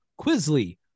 Quizly